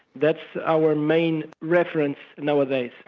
that's our main reference nowadays.